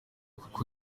kuko